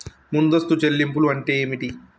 ముందస్తు చెల్లింపులు అంటే ఏమిటి?